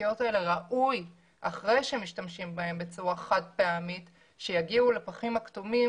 ראוי שאחרי שמשתמשים בשקיות האלה בצורה חד פעמית שיגיעו לפחים הכתומים